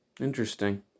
Interesting